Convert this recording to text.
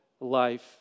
life